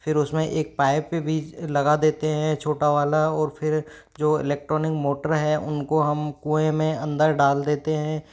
फिर उसमें एक पाइप भी लगा देते हैं छोटा वाला और फिर जो इलेक्ट्रॉनिक मोटर है उनको हम कुएँ में अंदर डाल देते हैं